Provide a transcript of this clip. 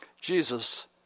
Jesus